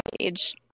page